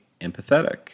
empathetic